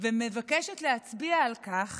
ומבקשת להצביע על כך